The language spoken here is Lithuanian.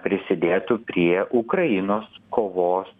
prisidėtų prie ukrainos kovos